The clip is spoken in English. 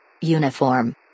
Uniform